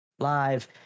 live